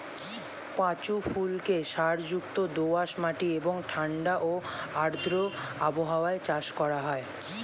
পাঁচু ফুলকে সারযুক্ত দোআঁশ মাটি এবং ঠাণ্ডা ও আর্দ্র আবহাওয়ায় চাষ করা হয়